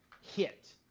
hit